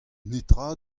netra